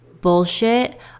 bullshit